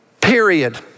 period